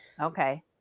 okay